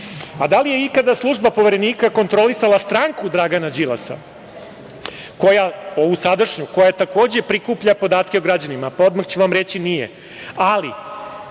li je ikada služba Poverenika kontrolisala stranku Dragana Đilasa, ovu sadašnju, koja takođe prikuplja podatke o građanima? Odmah ću vam reći, nije. Ali,